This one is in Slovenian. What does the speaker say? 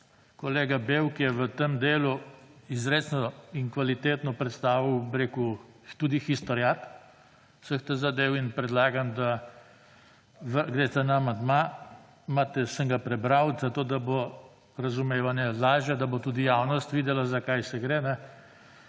Kolega Bevk je v tem delu izrecno in kvalitetno predstavil, bi rekel, tudi historiat vseh teh zadev in predlagam, da greste na amandma. Sem ga prebral, zato da bo razumevanje lažje, da bo tudi javnost videla za kaj gre